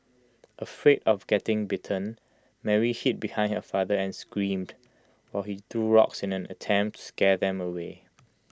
afraid of getting bitten Mary hid behind her father and screamed while he threw rocks in an attempt scare them away